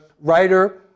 writer